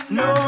no